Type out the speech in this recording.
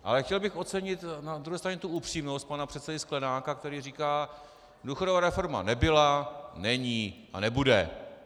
Ale chtěl bych ocenit na druhé straně upřímnost pana předsedy Sklenáka, který říká: důchodová reforma nebyla, není a nebude.